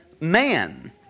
man